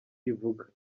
ivuga